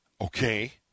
Okay